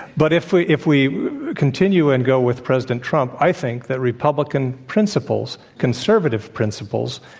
but if we if we continue and go with president trump, i think that republican principles, conservative principles,